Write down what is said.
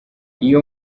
iyo